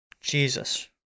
Jesus